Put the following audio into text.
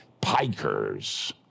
pikers